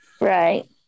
Right